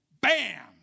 bam